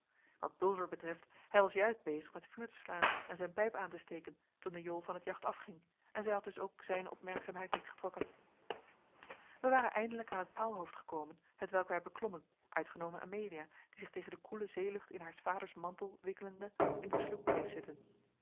wat pulver betreft hij was juist bezig met vuur te slaan en zijn pijp aan te steken toen de jol van het jacht afging en zij had dus ook zijne opmerkzaamheid niet getrokken wij waren eindelijk aan het paalhoofd gekomen hetwelk wij beklommen uitgenomen amelia die zich tegen de koele zeelucht in haars vaders mantel wikkelende in de sloep bleef zitten